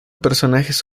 personajes